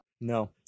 No